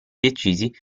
decisi